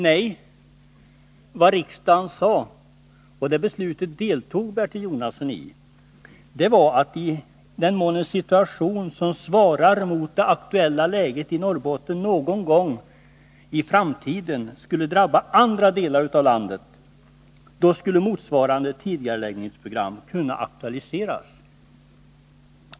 Nej, vad riksdagen sade — och det beslutet deltog herr Jonasson i — var att i den mån samma situation som i Norrbotten någon gång i framtiden skulle uppstå i andra delar av landet, så skulle motsvarande tidigareläggningsprogram kunna aktualiseras.